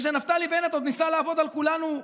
וכשנפתלי בנט עוד ניסה לעבוד על כולנו,